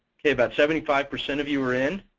ok, about seventy five percent of you are in.